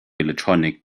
electronic